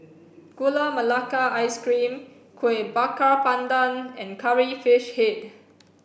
gula melaka ice cream kueh bakar pandan and curry fish head